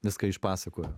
viską iš pasakų